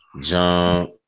jump